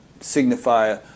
signify